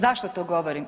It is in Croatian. Zašto to govorim?